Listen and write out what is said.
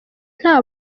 nta